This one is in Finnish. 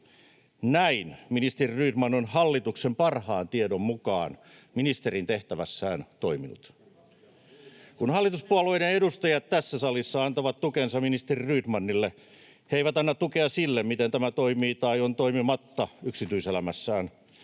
Näin ministeri Rydman on hallituksen parhaan tiedon mukaan ministerin tehtävässään toiminut. [Perussuomalaisten ryhmästä: Juuri näin!] Kun hallituspuolueiden edustajat tässä salissa antavat tukensa ministeri Rydmanille, he eivät anna tukeaan sille, miten tämä toimii tai on toimimatta yksityiselämässään.